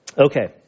okay